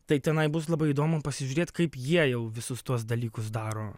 tai tenai bus labai įdomu pasižiūrėt kaip jie jau visus tuos dalykus daro